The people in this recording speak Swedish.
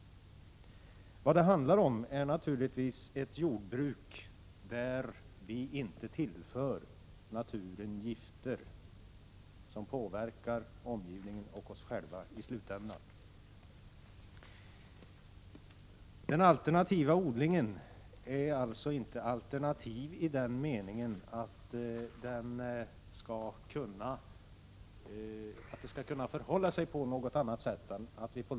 Vad det handlar om är naturligtvis ett jordbruk där vi inte tillför naturen gifter som påverkar omgivningen och i slutändan oss själva. Den alternativa odlingen kommer alltså på lång sikt inte att förbli alternativ, utan en sådan odling är något som vi måste inrikta oss på.